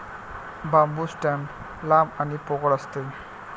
बांबू stem लांब आणि पोकळ असते